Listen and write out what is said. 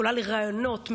עולה לראיונות,